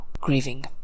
grieving